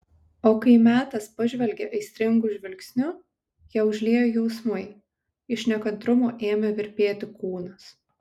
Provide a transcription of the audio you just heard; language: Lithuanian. o kai metas pažvelgė aistringu žvilgsniu ją užliejo jausmai iš nekantrumo ėmė virpėti kūnas